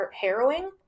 harrowing